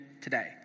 today